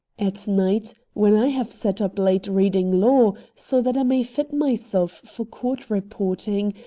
at night, when i have sat up late reading law, so that i may fit myself for court reporting,